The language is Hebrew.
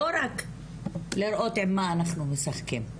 לא רק לראות עם מה אנחנו משחקים,